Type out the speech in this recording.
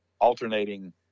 alternating